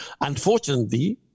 unfortunately